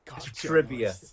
Trivia